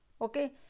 okay